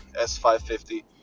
S550